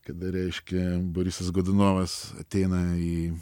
kada reiškia borisas godunovas ateina į